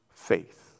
faith